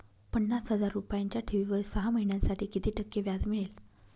पन्नास हजार रुपयांच्या ठेवीवर सहा महिन्यांसाठी किती टक्के व्याज मिळेल?